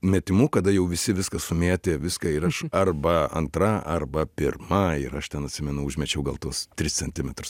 metimu kada jau visi viską sumėtė viską ir aš arba antra arba pirma ir aš ten atsimenu užmečiau gal tuos tris centimetrus